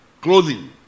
clothing